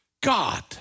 God